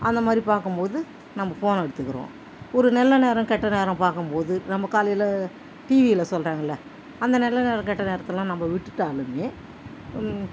அந்தமாதிரி பார்க்கம் போது நம்ம ஃபோனை எடுத்துக்கிறோம் ஒரு நல்ல நேரம் கெட்ட நேரம் பார்க்கும் போது நம்ம காலையில் டிவியில் சொல்கிறாங்கல்ல அந்த நல்ல நேரம் கெட்ட நேரத்தலாம் நம்ம விட்டுட்டாலுமே